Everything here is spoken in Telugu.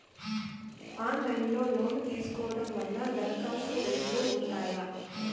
ఆన్లైన్ లో లోను తీసుకోవడం వల్ల దరఖాస్తు రేట్లు ఉంటాయా?